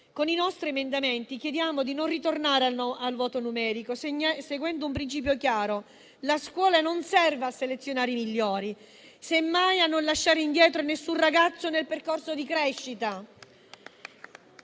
Con i nostri emendamenti chiediamo di non ritornare al voto numerico, seguendo un principio chiaro: la scuola non serve a selezionare i migliori, semmai a non lasciare indietro nessun ragazzo nel percorso di crescita.